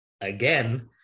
again